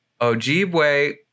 Ojibwe